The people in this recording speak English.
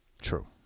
True